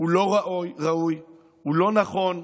הוא לא ראוי, הוא לא נכון,